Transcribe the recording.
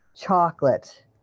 chocolate